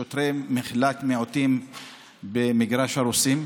שוטרי מחלק מיעוטים במגרש הרוסים,